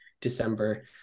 December